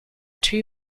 two